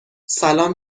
سلام